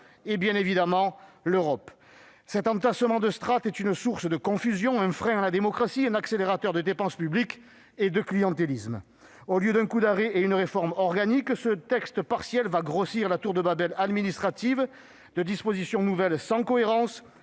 et, bien évidemment, l'Europe. Cet entassement de strates est une source de confusion, un frein à la démocratie, un accélérateur de dépenses publiques et de clientélisme. Au lieu de donner un coup d'arrêt à cette situation et de mettre en oeuvre une réforme organique, ce texte partiel va grossir la tour de Babel administrative de dispositions nouvelles sans cohérence